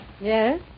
Yes